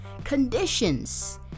conditions